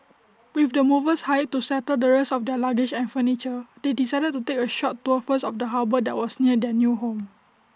with the movers hired to settle the rest of their luggage and furniture they decided to take A short tour first of the harbour that was near their new home